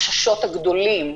וזה לפחות יפחית חלק מהחששות.